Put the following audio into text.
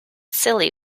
silly